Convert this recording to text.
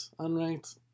unranked